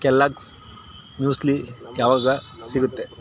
Kellogg's muesli ಯಾವಾಗ ಸಿಗುತ್ತೆ